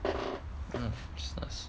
mm business